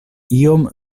iom